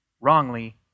wrongly